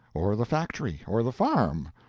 or the factory, or the farm,